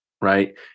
Right